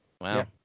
Wow